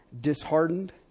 disheartened